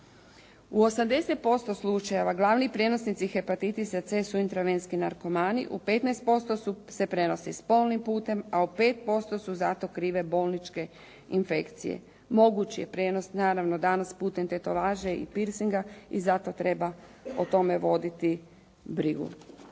U 80% slučajeva glavni prijenosnici hepatitisa C su intravenski narkomani, u 15% se prenosi spolnim putem, a u 5% su za to krive bolničke infekcije. Moguć je prijenos naravno danas putem tetovaže i piercinga i zato treba o tome voditi brigu.